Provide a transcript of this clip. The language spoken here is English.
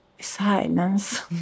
silence